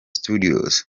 studios